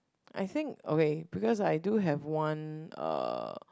I think okay because I do have one uh